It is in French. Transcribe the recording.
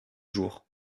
jours